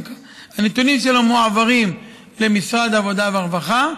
הנתונים שלו מועברים למשרד העבודה והרווחה.